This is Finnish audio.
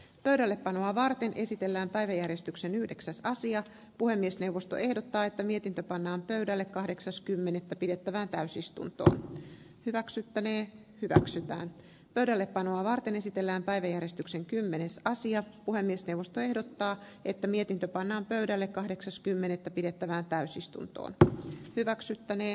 pöydällepanoa varten esitellään päiväjärjestyksen yhdeksäs asiat puhemiesneuvosto ehdottaa että mietintö pannaan pöydälle kahdeksas kymmenettä pidettävään täysistunto hyväksyttäneen hyväksyvän pöydällepanoa varten esitellään päiväjärjestyksen kymmenes kassia puhemiesneuvosto ehdottaa että mietintö pannaan pöydälle kahdeksas kymmenettä pidettävään täysistuntoon ja hyväksyttäne